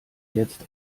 jetzt